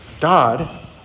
God